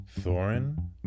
Thorin